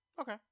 Okay